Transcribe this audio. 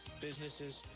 businesses